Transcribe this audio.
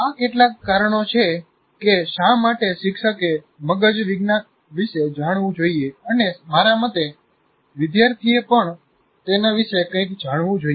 આ કેટલાક કારણો છે કે શા માટે શિક્ષકે મગજ વિજ્ઞાન વિશે જાણવું જોઈએ અને મારા મતે વિદ્યાર્થીએ પણ તેના વિશે કંઈક જાણવું જોઈએ